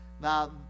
Now